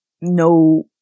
No